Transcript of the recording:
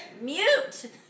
Mute